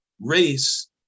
race